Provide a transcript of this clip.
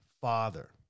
father